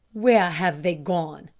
where have they gone?